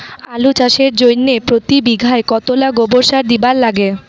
আলু চাষের জইন্যে প্রতি বিঘায় কতোলা গোবর সার দিবার লাগে?